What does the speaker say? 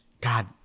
God